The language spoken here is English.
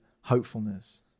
hopefulness